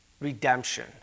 redemption